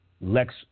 Lex